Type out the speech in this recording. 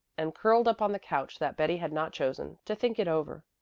and curled up on the couch that betty had not chosen, to think it over.